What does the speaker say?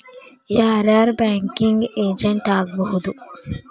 ಯಾರ್ ಯಾರ್ banking agent ಆಗ್ಬಹುದು?